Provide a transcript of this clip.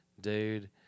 dude